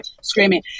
screaming